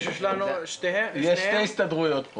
יש שתי הסתדרויות פה.